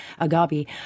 Agabi